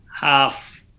half